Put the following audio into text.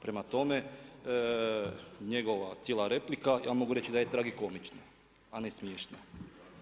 Prema tome, njegova cijela replika, ja mogu reći da je tragikomična a ne smiješna.